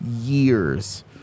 years